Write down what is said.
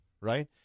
right